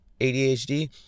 ADHD